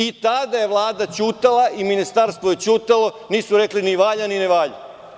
I tada je Vlada ćutala i ministarstvo je ćutalo, nisu rekli ni – valja, ni – ne valja.